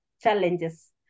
challenges